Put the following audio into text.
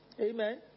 Amen